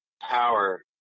power